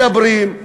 מדברים,